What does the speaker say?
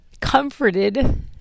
comforted